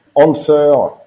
answer